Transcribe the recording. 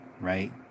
right